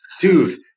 dude